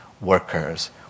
workers